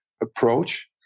approach